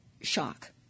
shock